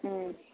उम